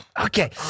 Okay